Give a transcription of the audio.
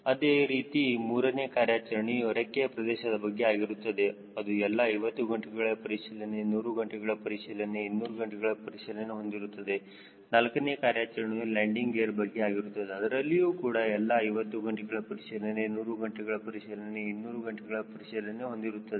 ಅದೇ ರೀತಿ ಮೂರನೇ ಕಾರ್ಯಾಚರಣೆಯು ರೆಕ್ಕೆಯ ಪ್ರದೇಶದ ಬಗ್ಗೆ ಆಗಿರುತ್ತದೆ ಅದು ಎಲ್ಲಾ 50 ಗಂಟೆಗಳ ಪರಿಶೀಲನೆ 100 ಗಂಟೆಗಳ ಪರಿಶೀಲನೆ 200 ಗಂಟೆಗಳ ಪರಿಶೀಲನೆ ಹೊಂದಿರುತ್ತದೆ ನಾಲ್ಕನೇ ಕಾರ್ಯಾಚರಣೆಯು ಲ್ಯಾಂಡಿಂಗ್ ಗೇರ್ ಬಗ್ಗೆ ಆಗಿರುತ್ತದೆ ಅದರಲ್ಲಿಯೂ ಕೂಡ ಎಲ್ಲಾ 50 ಗಂಟೆಗಳ ಪರಿಶೀಲನೆ 100 ಗಂಟೆಗಳ ಪರಿಶೀಲನೆ 200 ಗಂಟೆಗಳ ಪರಿಶೀಲನೆ ಹೊಂದಿರುತ್ತದೆ